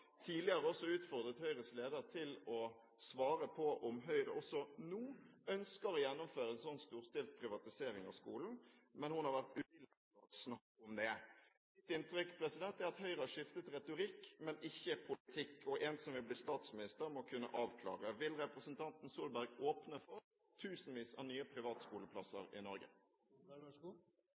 tidligere utfordret Høyres leder til å svare på om Høyre også nå ønsker å gjennomføre en slik storstilt privatisering av skolen, men hun har vært uvillig til å snakke om det. Mitt inntrykk er at Høyre har skiftet retorikk, men ikke politikk, og en som vil bli statsminister, må kunne avklare dette. Vil representanten Solberg åpne for tusenvis av nye privatskoleplasser i Norge?